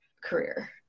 career